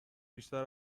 بیشتر